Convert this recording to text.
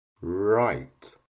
right